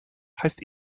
heißt